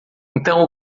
então